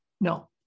No